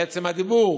עצם הדיבור